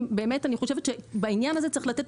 באמת אני חושבת שבעניין הזה צריך לתת